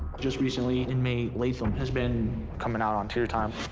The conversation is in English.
just recently inmate latham has been coming out on tier time.